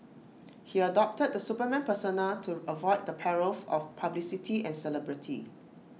he adopted the Superman persona to avoid the perils of publicity and celebrity